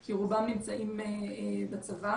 כי רובם נמצאים בצבא,